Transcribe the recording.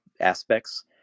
aspects